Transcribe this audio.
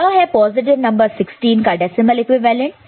तो यह है पॉजिटिव नंबर 16 का डेसिमल इक्विवेलेंट